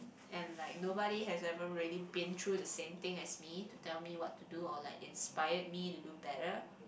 and like nobody has ever really been through the same thing as me to tell me what to do or like inspired me to do better